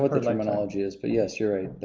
but the time analogy is, but yes, you're right.